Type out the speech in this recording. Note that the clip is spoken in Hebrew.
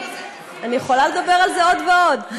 אני יכולה לדבר על זה עוד ועוד.